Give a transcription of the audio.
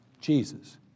Jesus